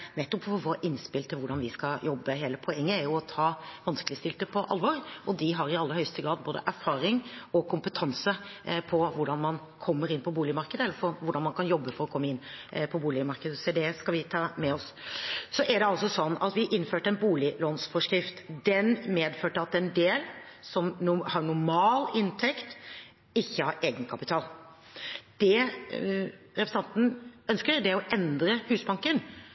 nettopp for å få innspill til hvordan vi skal jobbe. Hele poenget er jo å ta de vanskeligstilte på alvor. De har i aller høyeste grad både erfaring og kompetanse i hvordan man kommer inn på boligmarkedet, og også hvordan man kan jobbe for å komme inn på boligmarkedet. Så det skal vi ta med oss. Det er altså slik at vi innførte en boliglånsforskrift. Den medførte at en del som har normal inntekt, ikke har egenkapital. Det representanten ønsker, er å endre Husbanken.